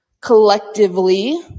collectively